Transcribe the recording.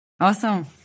Awesome